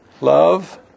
love